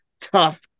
tough